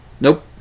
nope